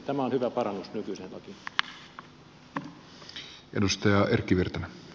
tämä on hyvä parannus nykyiseen lakiin